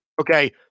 Okay